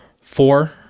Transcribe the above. four